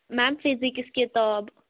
میم physics کِتاب